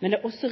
men det er også